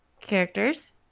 Characters